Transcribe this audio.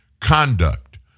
conduct